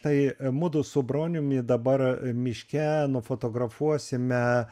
tai mudu su broniumi dabar miške nufotografuosime